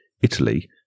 Italy